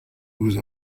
ouzh